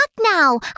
now